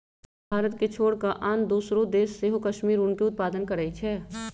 भारत के छोर कऽ आन दोसरो देश सेहो कश्मीरी ऊन के उत्पादन करइ छै